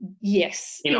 Yes